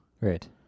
Right